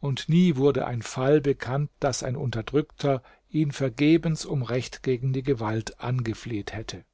und nie wurde ein fall bekannt daß ein unterdrückter ihn vergebens um recht gegen die gewalt angefleht hätte